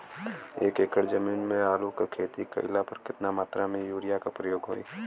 एक एकड़ जमीन में आलू क खेती कइला पर कितना मात्रा में यूरिया क प्रयोग होई?